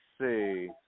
see